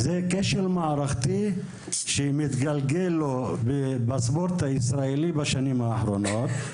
זה כשל מערכתי שמתגלגל בספורט הישראלי בשנים האחרונות.